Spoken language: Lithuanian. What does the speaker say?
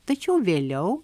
tačiau vėliau